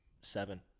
seven